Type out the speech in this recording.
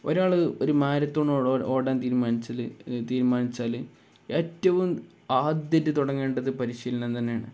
ഒരാള് ഒരു മാരത്തോൺ ഓടാൻ തീരുമാനിച്ചാല് ഏറ്റവും ആദ്യമായിട്ട് തുടങ്ങേണ്ടത് പരിശീലനം തന്നെയാണ്